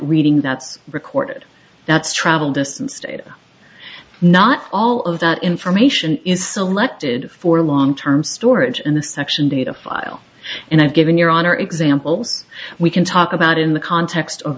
reading that's recorded that's travel distance data not all of that information is selected for long term storage in the section data file and i've given your honor examples we can talk about in the context of